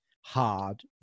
hard